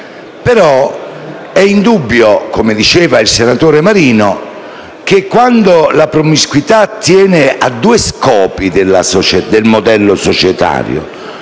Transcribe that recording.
ma è indubbio, come diceva il senatore Luigi Marino, che quando la promiscuità è orientata a due scopi del modello societario,